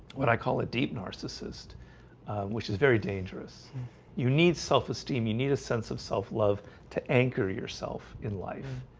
what i call a deep narcissist which is very dangerous you need self-esteem. you need a sense of self-love to anchor yourself in life